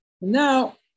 Now